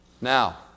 Now